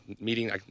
meeting